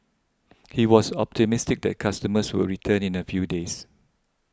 he was optimistic that customers would return in a few days